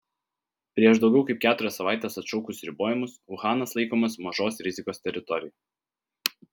prieš daugiau kaip keturias savaites atšaukus ribojimus uhanas laikomas mažos rizikos teritorija